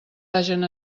hagen